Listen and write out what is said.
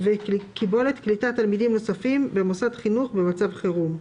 וקיבולת קליטת תלמידים נוספים במוסד חינוך במצב חירום.